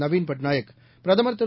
நவீன் பட்நாயக் பிரதமர் திரு